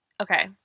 Okay